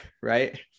right